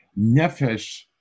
Nefesh